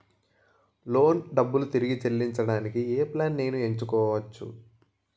Loan డబ్బులు తిరిగి చెల్లించటానికి ఏ ప్లాన్ నేను ఎంచుకోవచ్చు?